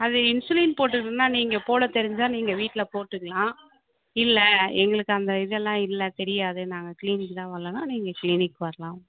அது இன்சுலின் போட்டுக்கறதுன்னா நீங்கள் போட தெரிஞ்சா நீங்கள் வீட்டில் போட்டுக்கலாம் இல்லை எங்களுக்கு அந்த இதெல்லாம் இல்லை தெரியாது நாங்கள் கிளீனிக் தான் வர்லான்னா நீங்கள் கிளீனிக் வர்லாம்